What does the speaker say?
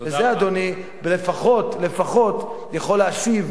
וזה, אדוני, לפחות-לפחות יכול להשיב,